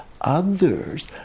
others